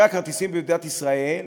במדינת ישראל,